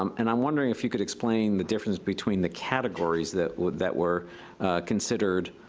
um and i'm wondering if you could explain the difference between the categories that that were considered,